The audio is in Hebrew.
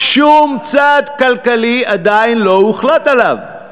שום צעד כלכלי, עדיין לא הוחלט עליו.